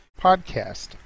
Podcast